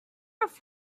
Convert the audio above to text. off